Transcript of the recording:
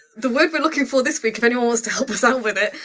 the word we're looking for this week if anyone wants to help us out with it,